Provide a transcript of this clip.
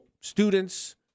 students